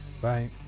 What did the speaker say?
bye